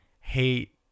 hate